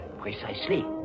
Precisely